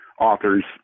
authors